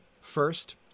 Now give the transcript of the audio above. first